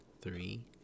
Three